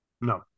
No